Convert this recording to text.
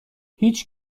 هیچ